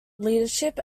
leadership